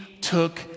took